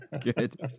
Good